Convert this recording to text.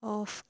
off